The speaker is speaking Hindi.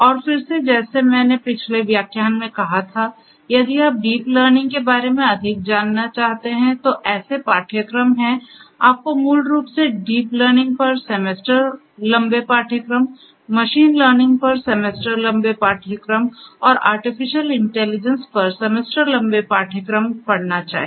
और फिर से जैसे मैंने पिछले व्याख्यान में कहा था यदि आप डीप लर्निंग के बारे में अधिक जानना चाहते हैं तो ऐसे पाठ्यक्रम हैं आपको मूल रूप से डीप लर्निंग पर सेमेस्टर लंबे पाठ्यक्रम मशीन लर्निंग पर सेमेस्टर लंबे पाठ्यक्रम और आर्टिफिशियल इंटेलिजेंस पर सेमेस्टर लंबे पाठ्यक्रम पढ़ना चाहिए